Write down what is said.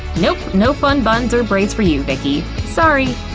nope, no fun buns or braids for you, vicky, sorry!